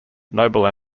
noble